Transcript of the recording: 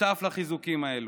שותף לחיזוקים האלו.